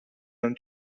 non